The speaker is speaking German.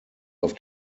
auf